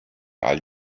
all